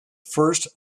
first